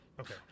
okay